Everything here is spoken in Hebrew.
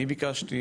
אני ביקשתי,